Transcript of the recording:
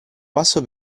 passo